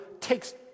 takes